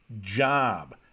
job